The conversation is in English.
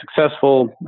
successful